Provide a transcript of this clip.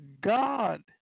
God